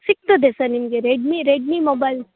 ಸಿಕ್ತದೆ ಸರ್ ನಿಮಗೆ Redmi Redmi mobile